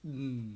um